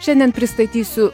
šiandien pristatysiu